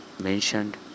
mentioned